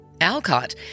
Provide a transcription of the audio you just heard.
Alcott